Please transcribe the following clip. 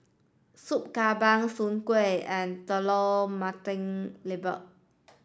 Soup Kambing Soon Kway and Telur Mata Lembu